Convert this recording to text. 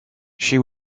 she